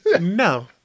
No